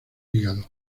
hígado